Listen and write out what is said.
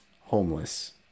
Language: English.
homeless